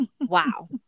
wow